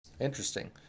Interesting